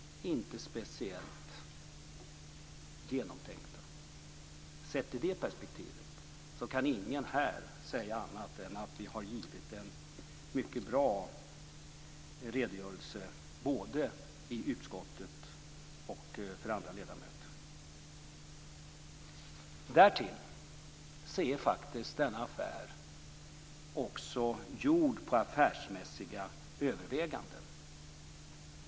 Inte speciellt genomtänkta. Sett i det perspektivet kan ingen säga annat än att vi har givit en mycket bra redogörelse både i utskottet och för andra ledamöter. Därtill är denna affär gjord efter affärsmässiga överväganden.